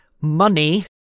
money